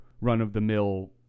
run-of-the-mill